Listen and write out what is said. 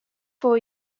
four